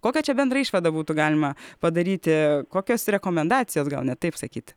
kokią čia bendrą išvadą būtų galima padaryti kokias rekomendacijas gal net taip sakyti